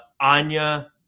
Anya